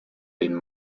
been